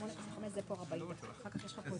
תחליט להמשיך עם זה הלאה, תמשיך הלאה.